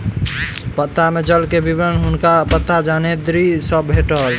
पत्ता में जल के विवरण हुनका पत्ता ज्ञानेंद्री सॅ भेटल